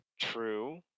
true